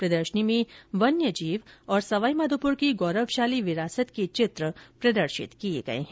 प्रदर्शनी में वन्य जीव और सवाई माधोपूर की गौरवशाली विरासत के चित्रों को प्रदर्शित किया गया है